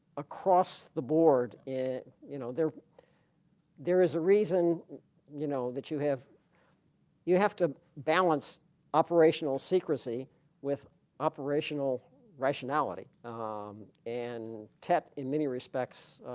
across the board in you know there there is a reason you know that you have you have to balance operational secrecy with operational rationality and tet in many respects